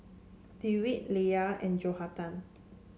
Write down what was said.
Dewitt Leia and Johathan